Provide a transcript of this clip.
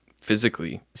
physically